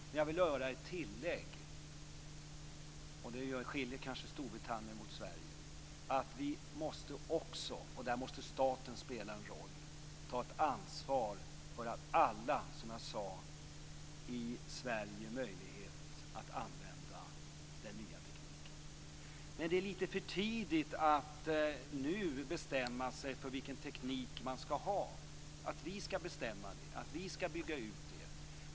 Men jag vill göra tillägget - och här kanske Storbritannien skiljer sig från Sverige - att vi också måste ta ett ansvar för att ge alla, som jag sade, i Sverige möjlighet att använda den nya tekniken. Här måste staten spela en roll. Det är dock lite för tidigt att nu bestämma sig för vilken teknik man skall ha och bygga ut den.